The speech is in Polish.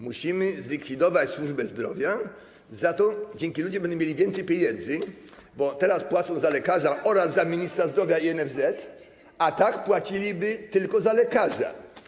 Musimy zlikwidować służbę zdrowia, za to ludzie będą mieli więcej pieniędzy, bo teraz płacą za lekarza oraz za ministra zdrowia i NFZ, a tak płaciliby tylko za lekarza.